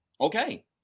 Okay